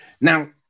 Now